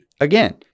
again